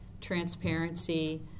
transparency